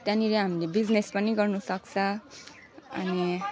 त्यहाँनेरि हामीले बिजनेस पनि गर्नु सक्छ अनि